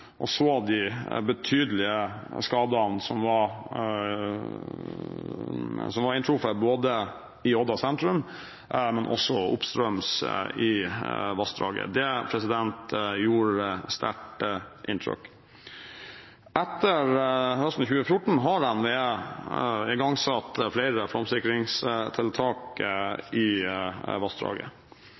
og så de betydelige skadene som var inntruffet både i Odda sentrum og oppstrøms i vassdraget. Det gjorde sterkt inntrykk. Etter høsten 2014 har NVE igangsatt flere flomsikringstiltak i vassdraget.